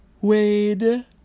Wade